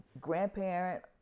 grandparent